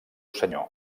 senyor